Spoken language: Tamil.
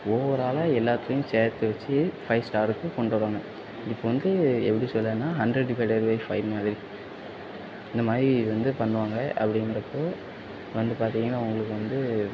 ஓவராலாக எல்லாத்துலயும் சேர்த்து வச்சி ஃபைவ் ஸ்டாருக்கு கொண்டு வருவாங்க இப்போ வந்து எப்படி சொல்லன்னா ஹண்ட்ரட் டிவைடட் பை ஃபைவ் மாதிரி இந்த மாரி இது வந்து பண்ணுவாங்க அப்படிங்குறப்போ வந்து பார்த்தீங்கன்னா உங்களுக்கு வந்து